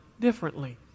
differently